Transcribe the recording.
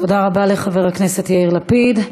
תודה רבה לחבר הכנסת יאיר לפיד.